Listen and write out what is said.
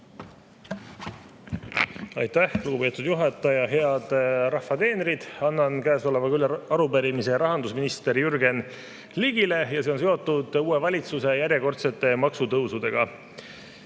Aitäh, lugupeetud juhataja! Head rahva teenrid! Käesolevaga annan üle arupärimise rahandusminister Jürgen Ligile. See on seotud uue valitsuse järjekordsete maksutõusudega.